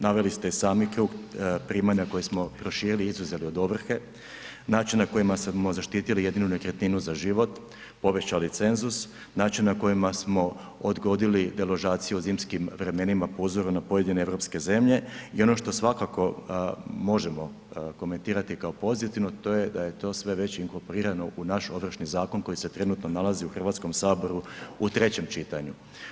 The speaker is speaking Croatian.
Naveli ste i sami krug primanja koji smo proširili i izuzeli od ovrhe, načini na kojima smo zaštitili jedinu nekretninu za život, povećali cenzus, načini na kojima smo odgodili deložaciju u zimskim vremenima po uzoru na pojedine europske zemlje i ono što svakako možemo komentirati kao pozitivno, to je da je to sve već inkorporirano u naš Ovršni zakon koji se trenutno nalazi u Hrvatskom saboru u trećem čitanju.